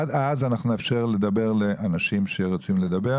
עד אז אנחנו נאפשר לדבר לאנשים שרוצים לדבר.